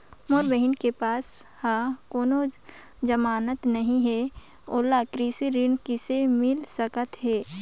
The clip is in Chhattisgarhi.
मोर बहिन के पास ह कोनो जमानत नहीं हे, ओला कृषि ऋण किसे मिल सकत हे?